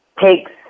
takes